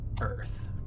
Earth